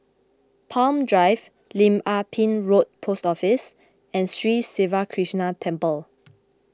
Palm Drive Lim Ah Pin Road Post Office and Sri Siva Krishna Temple